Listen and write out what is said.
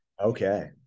Okay